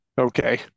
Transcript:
okay